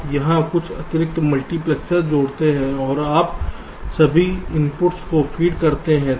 आप यहां कुछ अतिरिक्त मल्टीप्लेक्सर्स जोड़ते हैं और आप सभी इनपुटों को फ़ीड करते हैं